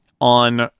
on